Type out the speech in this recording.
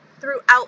throughout